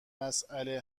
مساله